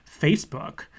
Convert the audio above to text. Facebook